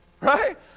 Right